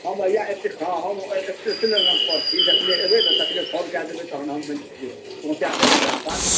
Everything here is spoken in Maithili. हम हैआ एत्तै हँ हम स्टेशने लङपर छी जखने एबै ने तखने फोन कए देबै तऽ तहन हम पहुँचा देब बुद्धा पार्क